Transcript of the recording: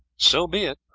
so be it,